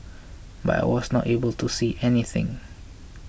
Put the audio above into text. but I was not able to see anything